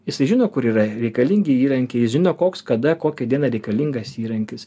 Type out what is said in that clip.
jisai žino kur yra reikalingi įrankiai žino koks kada kokią dieną reikalingas įrankis